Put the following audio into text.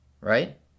Right